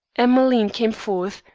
emmeline came forth,